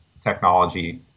technology